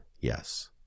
Yes